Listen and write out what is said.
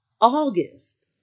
August